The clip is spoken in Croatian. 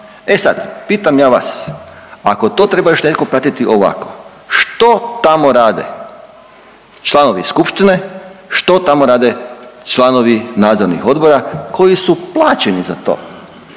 E pitam ja vas, ako to treba još netko pratiti ovako što tamo rade članovi skupštine, što tamo rade članovi nadzornih odbora koji su plaćeni za to?